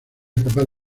capaz